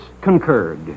concurred